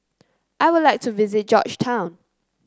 I would like to visit Georgetown